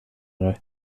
dig